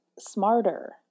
smarter